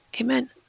Amen